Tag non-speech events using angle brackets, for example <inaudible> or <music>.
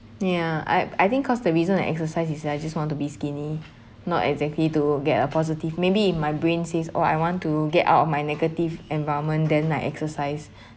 ya I I think cause the reason I exercise is that I just want to be skinny not exactly to get a positive maybe in my brain says oh I want to get out of my negative environment then I exercise <breath>